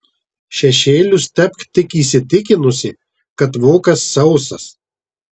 šešėlius tepk tik įsitikinusi kad vokas sausas